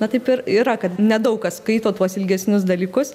na taip ir yra kad nedaug kas skaito tuos ilgesnius dalykus